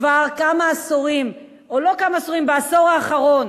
כבר כמה עשורים, או לא כמה עשורים, בעשור האחרון,